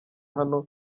hano